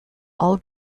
all